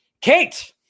Kate